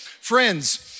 Friends